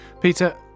Peter